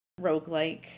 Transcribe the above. roguelike